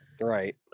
Right